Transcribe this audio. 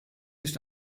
ist